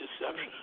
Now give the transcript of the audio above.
Deception